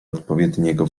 odpowiedniego